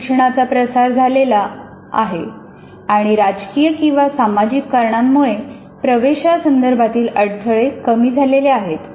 उच्च शिक्षणाचा प्रसार झालेला आहे आणि राजकीय किंवा सामाजिक कारणांमुळे प्रवेशा संदर्भातील अडथळे कमी झालेले आहेत